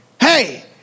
hey